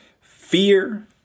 Fear